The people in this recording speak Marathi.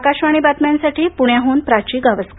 आकाशवाणी बातम्यासाठी पुण्याहून प्राची गावस्कर